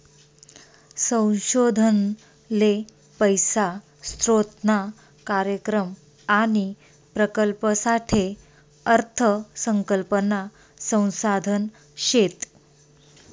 संशोधन ले पैसा स्रोतना कार्यक्रम आणि प्रकल्पसाठे अर्थ संकल्पना संसाधन शेत